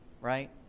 right